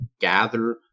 gather